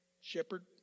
Shepherd